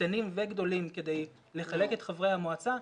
קטנים וגדולים כדי לחלק את חברי המועצה,